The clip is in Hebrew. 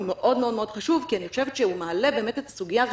מאוד מאוד חשוב כי אני חושבת שהוא מעלה את הסוגיה הזאת